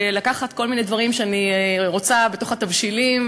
ולקחת כל מיני דברים שאני רוצה בתוך התבשילים.